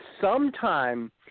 sometime